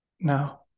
Now